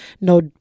No